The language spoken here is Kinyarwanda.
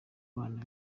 bana